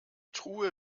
truhe